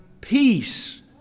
Peace